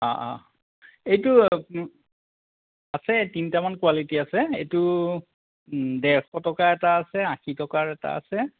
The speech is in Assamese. অঁ অঁ এইটো আছে তিনিটামান কোৱালিটী আছে এইটো দেৰশ টকাৰ এটা আছে আশী টকাৰ এটা আছে